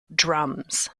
drums